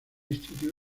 institute